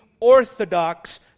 orthodox